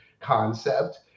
concept